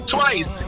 twice